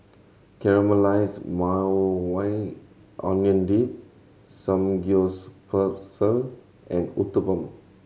Caramelized Maui Onion Dip Samgyeopsal and Uthapam